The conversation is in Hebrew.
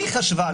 היא חשבה,